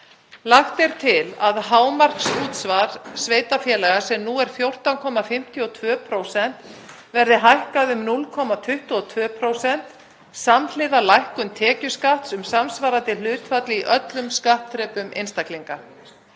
Lagt er til að hámarksútsvar sveitarfélaga, sem nú er 14,52%, verði hækkað um 0,22% samhliða lækkun tekjuskatts um samsvarandi hlutfall í öllum skattþrepum einstaklinga.